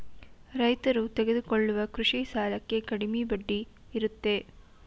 ರೈತರು ತೆಗೆದುಕೊಳ್ಳುವ ಕೃಷಿ ಸಾಲಕ್ಕೆ ಕಡಿಮೆ ಬಡ್ಡಿ ಇರುತ್ತೆ